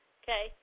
okay